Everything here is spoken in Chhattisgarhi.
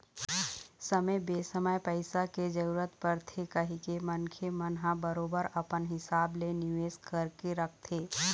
समे बेसमय पइसा के जरूरत परथे कहिके मनखे मन ह बरोबर अपन हिसाब ले निवेश करके रखथे